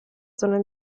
zona